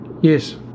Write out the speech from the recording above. Yes